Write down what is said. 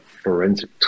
forensic